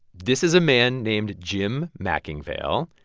this is a man named jim mcingvale,